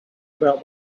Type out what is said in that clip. about